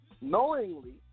Knowingly